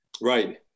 Right